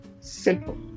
Simple